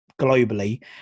globally